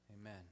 Amen